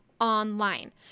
online